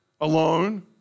alone